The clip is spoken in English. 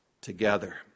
together